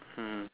mm